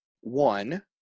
one